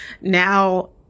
Now